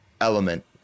element